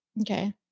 Okay